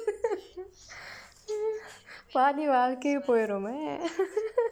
பாதி வாழ்க்கை போய்டுமே:paathi vaazhkkai pooydumee